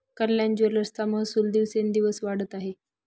कल्याण ज्वेलर्सचा महसूल दिवसोंदिवस वाढत आहे